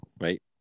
Right